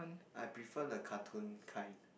I prefer the cartoon kind